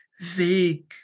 vague